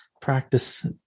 practice